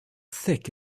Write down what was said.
thick